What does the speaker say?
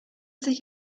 sich